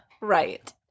Right